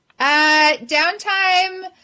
downtime